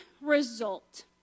result